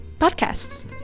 podcasts